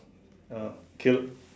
Aqilah